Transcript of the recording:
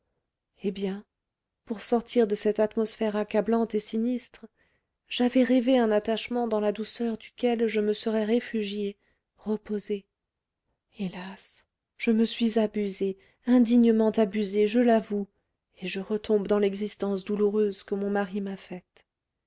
eh bien pour sortir de cette atmosphère accablante et sinistre j'avais rêvé un attachement dans la douceur duquel je me serais réfugiée reposée hélas je me suis abusée indignement abusée je l'avoue et je retombe dans l'existence douloureuse que mon mari m'a faite